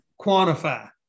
quantify